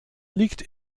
liegt